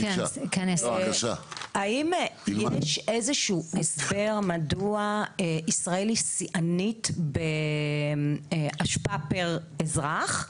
האם יש איזשהו הסבר מדוע ישראל היא שיאנית באשפה לכל אזרח?